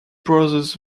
brothers